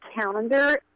calendar